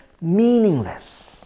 meaningless